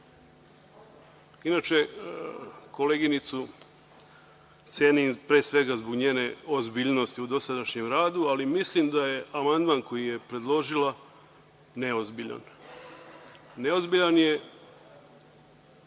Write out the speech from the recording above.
koleginicu cenim pre svega zbog njene ozbiljnosti u dosadašnjem radu, ali mislim da je amandman koji je predložila neozbiljan.